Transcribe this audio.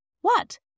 What